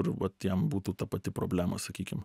ir vat jam būtų ta pati problema sakykim